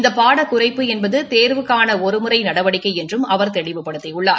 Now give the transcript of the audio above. இந்த பாடக்குறைப்பு என்பது தோ்வுக்காள ஒருமுறை நடவடிக்கை என்றும் அவர் தெளிவுபடுத்தியுள்ளார்